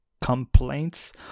complaints